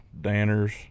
danners